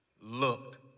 looked